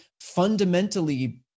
fundamentally